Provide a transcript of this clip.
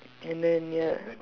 and then ya